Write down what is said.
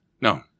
No